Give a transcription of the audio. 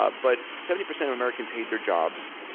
ah but seventy percent of americans hate their jobs.